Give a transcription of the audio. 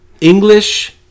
English